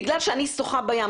בגלל שאני שוחה בים,